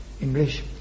English